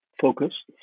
focus